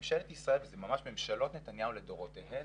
ממשלת ישראל ממשלות נתניהו לדורותיהן,